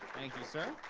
thank you, sir.